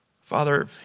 Father